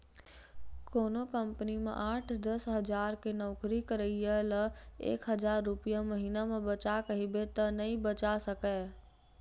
कोनो कंपनी म आठ, दस हजार के नउकरी करइया ल एक हजार रूपिया महिना म बचा कहिबे त नइ बचा सकय